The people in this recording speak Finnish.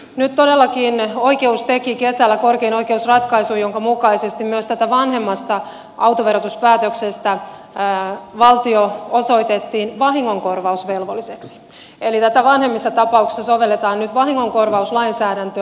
nyt todellakin korkein oikeus teki kesällä ratkaisun jonka mukaisesti myös tätä vanhemmasta autoverotuspäätöksestä valtio osoitettiin vahingonkorvausvelvolliseksi eli tätä vanhemmissa tapauksissa sovelletaan nyt vahingonkorvauslainsäädäntöä